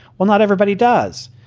well, not everybody does.